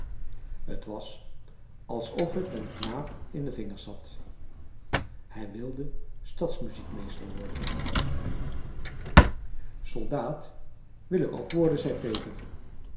het was alsof het den knaap in de vingers zat hij wilde stadsmuziekmeester worden soldaat wil ik ook worden zei peter